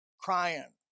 crying